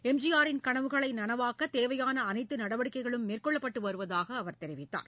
எம்ஜிஆரின் கனவுகளை நனவாக்க தேவையான அனைத்து நடவடிக்கைகளும் மேற்கொள்ளப்பட்டு அவர் தெரிவித்தார்